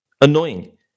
Annoying